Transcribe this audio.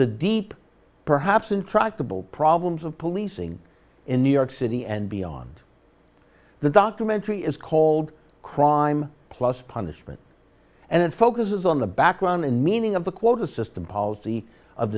the deep perhaps intractable problems of policing in new york city and beyond the documentary is called crime plus punishment and it focuses on the background and meaning of the quota system policy of